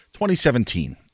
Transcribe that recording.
2017